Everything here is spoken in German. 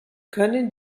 können